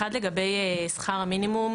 לגבי שכר המינימום,